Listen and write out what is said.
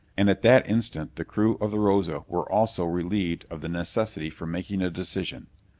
and at that instant the crew of the rosa were also relieved of the necessity for making a decision.